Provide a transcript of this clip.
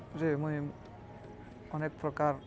ରେ ମୁଇଁ ଅନେକ୍ ପ୍ରକାର୍